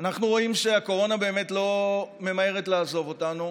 אנחנו רואים שהקורונה באמת לא ממהרת לעזוב אותנו,